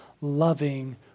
loving